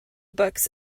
books